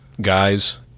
Guys